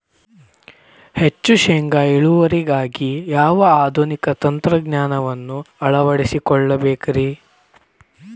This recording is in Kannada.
ಹೆಚ್ಚು ಶೇಂಗಾ ಇಳುವರಿಗಾಗಿ ಯಾವ ಆಧುನಿಕ ತಂತ್ರಜ್ಞಾನವನ್ನ ಅಳವಡಿಸಿಕೊಳ್ಳಬೇಕರೇ?